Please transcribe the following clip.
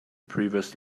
previous